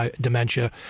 dementia